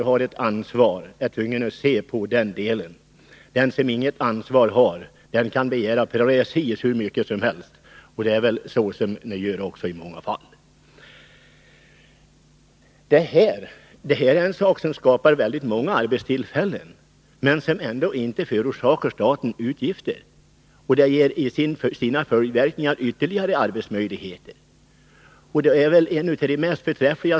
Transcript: Den som har ansvar är tvungen att ta hänsyn till ekonomin, den som inget ansvar har kan begära precis hur mycket medel som helst. Och det är det ni gör i många fall. Den här utbyggnaden av Kymmen skapar många arbetstillfällen men förorsakar inte staten några utgifter. Och som följdverkningar skapas ytterligare arbetstillfällen. Det är väl förträffligt!